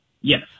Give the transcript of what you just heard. Yes